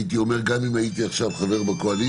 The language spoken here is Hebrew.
הייתי אומר גם לו הייתי חבר בקואליציה